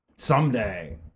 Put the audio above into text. Someday